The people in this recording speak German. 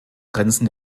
grenzen